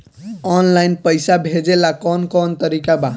Online पइसा भेजेला कवन कवन तरीका बा?